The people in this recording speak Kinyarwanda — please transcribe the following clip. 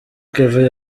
kevin